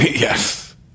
Yes